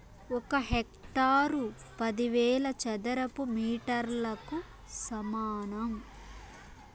ఒక హెక్టారు పదివేల చదరపు మీటర్లకు సమానం